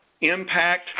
impact